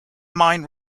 mine